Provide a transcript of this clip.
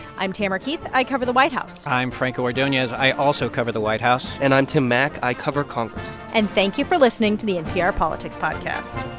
i'm tamara keith. i cover the white house i'm franco ordonez. i also cover the white house and i'm tim mak. i cover congress and thank you for listening to the npr politics podcast